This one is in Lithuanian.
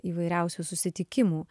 įvairiausių susitikimų